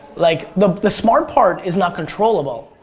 like, the the smart part is not controllable.